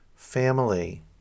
Family